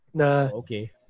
Okay